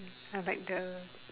like the